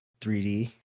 3d